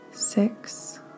six